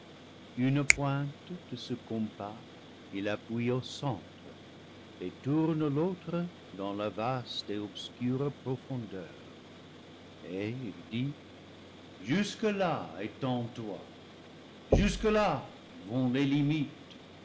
une pointe de ce compas il appuie au centre et tourne l'autre dans la vaste et obscure profondeur et il dit jusque-là étends toi jusque-là vont les limites